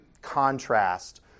contrast